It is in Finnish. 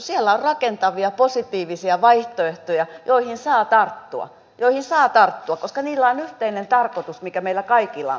siellä on rakentavia positiivisia vaihtoehtoja joihin saa tarttua koska niillä on yhteinen tarkoitus mikä meillä kaikilla on